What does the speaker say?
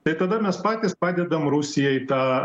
tai tada mes patys padedam rusijai tą